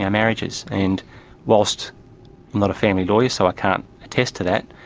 yeah marriages. and whilst i'm not a family lawyer so i can't attest to that,